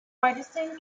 partisan